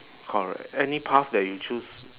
correct any path that you choose